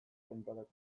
konparatuz